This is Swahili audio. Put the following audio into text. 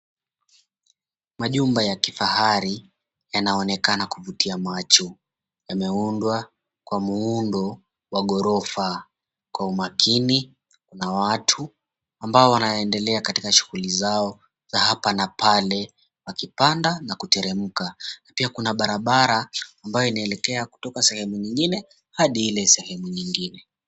Majumba ya kifahari yanaonekana kuvutia macho. Yameundwa kwa muundo wa ghorofa kwa umakini na watu ambao wanendelea katika shughuli zao za hapa na pale wakipanda na kuteremka. Pia kuna barabara ambayo inaelekea katoka sehemu nyingine hadi ile sehemu nyingine.